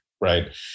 Right